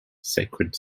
sacred